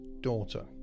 daughter